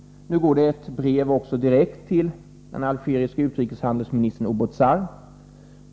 Nu skickas det ett brev direkt till den algeriske utrikeshandelsministern Oubouzar.